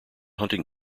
hunting